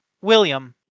william